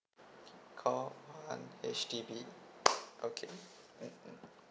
call one H_D_B okay